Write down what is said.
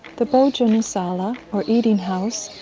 the bhojanasala, or eating house,